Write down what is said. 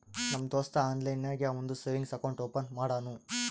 ನಮ್ ದೋಸ್ತ ಆನ್ಲೈನ್ ನಾಗೆ ಅವಂದು ಸೇವಿಂಗ್ಸ್ ಅಕೌಂಟ್ ಓಪನ್ ಮಾಡುನೂ